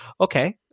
okay